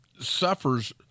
suffers